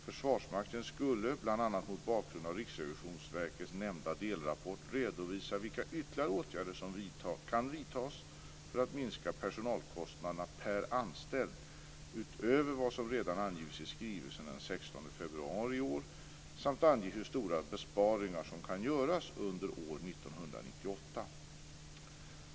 Försvarsmakten skulle bl.a. mot bakgrund av Riksrevisionsverkets nämnda delrapport redovisa vilka ytterligare åtgärder som kan vidtas för att minska personalkostnaderna per anställd utöver vad som redan angetts i skrivelsen den 16 februari i år samt ange hur stora besparingar som kan göras under år 1998.